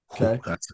Okay